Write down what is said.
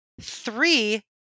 Three